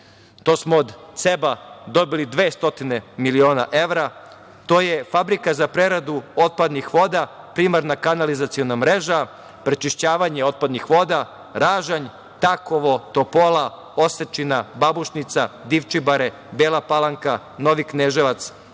To smo od CEB-a dobili 200 miliona evra. To je fabrika za preradu otpadnih voda, primarna kanalizaciona mreža, prečišćavanje otpadnih voda: Ražanj, Takovo, Topola, Osečina, Babušnica, Divčibare, Bela Palanka, Novi Kneževac,